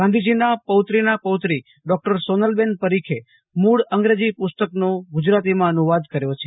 ગાંધીજીના પૌત્રીના પૌત્રી ડોક્ટર સોનલબહેન પરીખેમૂળ અંગ્રેજી પુસ્તકનો ગુજરાતીમાં અનુવાદ કર્યો છે